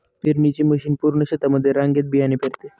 पेरणीची मशीन पूर्ण शेतामध्ये रांगेत बियाणे पेरते